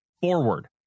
forward